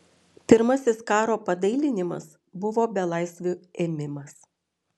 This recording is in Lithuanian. pirmasis karo padailinimas buvo belaisvių ėmimas